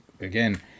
again